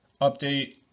update